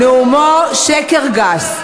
נאומו שקר גס,